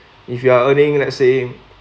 if you are earning let say